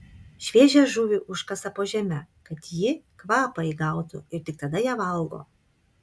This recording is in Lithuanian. šviežią žuvį užkasa po žeme kad ji kvapą įgautų ir tik tada ją valgo